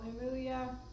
hallelujah